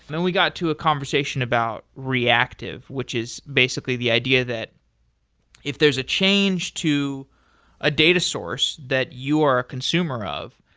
then we got to a conversation about reactive, which is basically the idea that if there's a change to a data source that you are a consumer of,